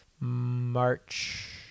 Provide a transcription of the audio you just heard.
March